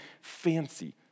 fancy